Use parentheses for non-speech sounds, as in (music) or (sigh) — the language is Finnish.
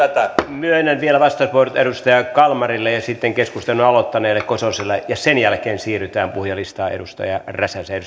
myönnän vielä vastauspuheenvuorot edustaja kalmarille ja sitten keskustelun aloittaneelle kososelle ja sen jälkeen siirrytään puhujalistaan edustaja räsäseen (unintelligible)